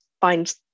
find